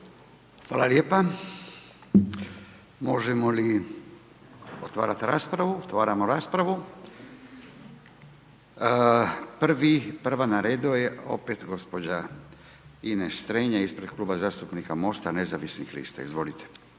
(Nezavisni)** Možemo li otvarat raspravu? Otvaramo raspravu. Prva na redu je opet gospođa Ines Strenja ispred Kluba zastupnika MOST-a nezavisnih lista, izvolite.